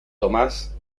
tomás